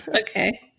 Okay